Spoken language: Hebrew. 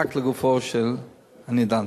רק לגופו של הנדון.